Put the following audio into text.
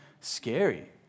scary